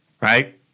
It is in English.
right